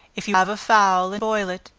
if you have a fowl, and boil it,